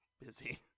busy